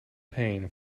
pain